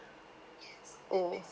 oh